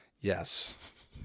Yes